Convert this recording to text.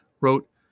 wrote